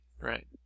right